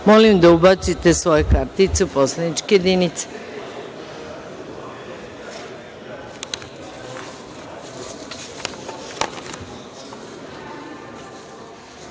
molim da ubacite svoje kartice u poslaničke jedinice